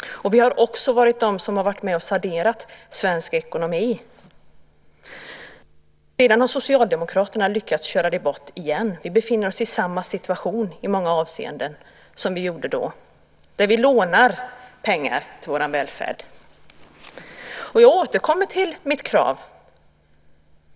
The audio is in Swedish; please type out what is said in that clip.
Vi har också varit med och sanerat svensk ekonomi. Sedan har Socialdemokraterna lyckats köra den i botten igen. Vi befinner oss i samma situation i många avseenden som vi gjorde då. Vi lånar pengar till vår välfärd. Jag återkommer till mitt krav.